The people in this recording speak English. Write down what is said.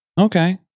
Okay